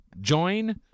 join